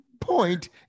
point